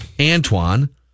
Antoine